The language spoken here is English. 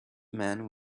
man